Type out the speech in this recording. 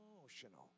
emotional